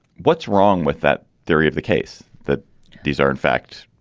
what's wrong with that theory of the case that these are, in fact,